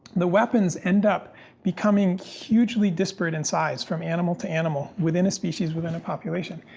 the weapons end up becoming hugely disparate in size from animal to animal within a species within a population.